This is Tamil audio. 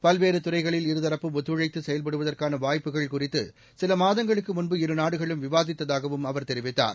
பல்வேறு துறைகளில் இருதரப்பும் ஒத்துழைத்து செயல்படுவதற்கான வாய்ப்புகள் குறித்து சில மாதங்களுக்கு முன்பு இருநாடுகளும் விவாதித்ததாகவும் அவர் தெரிவித்தார்